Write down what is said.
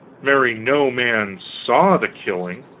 marry, no man saw the killing,